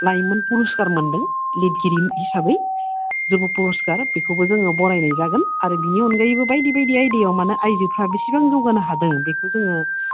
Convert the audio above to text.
लाइमोन पुरस्कार मोन्दों लिरगिरि हिसाबै जुब' पुरस्कार बेखौबो जोङो बरायनाय जागोन आरो बेनि अनगायैबो बायदि बायदि आयदायाव माने आइजोफोरा बेसेबां जौगानो हादों बेखौ जोङो